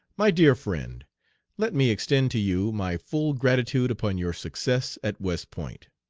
my dear friend let me extend to you my full gratitude upon your success at west point.